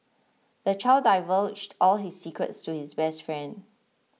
the child divulged all his secrets to his best friend